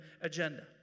agenda